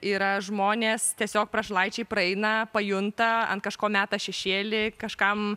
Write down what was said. yra žmonės tiesiog prašalaičiai praeina pajunta ant kažko meta šešėlį kažkam